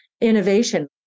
innovation